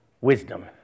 wisdom